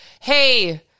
Hey